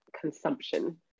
consumption